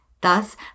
thus